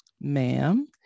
ma'am